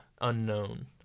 unknown